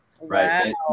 right